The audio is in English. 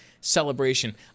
celebration